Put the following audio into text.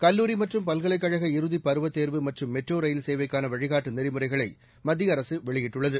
கல்லூரி மற்றும் பல்கலைக் கழக இறுதி பருவத் தேர்வு மற்றும் மெட்ரோ ரயில்சேவைக்கான வழிகாட்டு நெறிமுறைகளை மத்திய அரசு வெளியிட்டுள்ளது